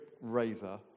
razor